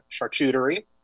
charcuterie